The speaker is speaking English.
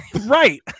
Right